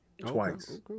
Twice